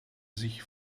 sich